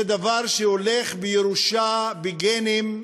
זה דבר שעובר בירושה, בגנים.